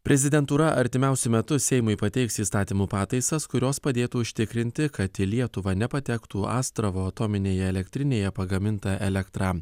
prezidentūra artimiausiu metu seimui pateiks įstatymų pataisas kurios padėtų užtikrinti kad į lietuvą nepatektų astravo atominėje elektrinėje pagaminta elektra